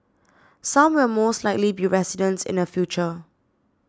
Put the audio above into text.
some will most likely be residents in the future